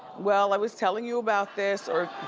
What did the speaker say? well i was telling you about this or.